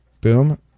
Boom